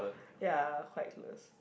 ya quite close